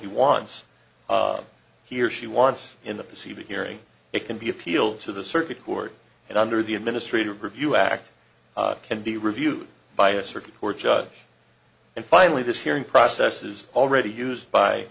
he wants he or she wants in the c b hearing it can be appealed to the circuit court and under the administrative review act can be reviewed by a circuit court judge and finally this hearing process is already used by